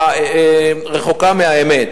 זה רחוק מהאמת.